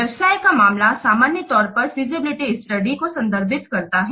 व्यावसाय का मामला सामान्य तौर पर फीजिबिलिटी स्टडी को संदर्भित करता है